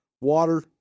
water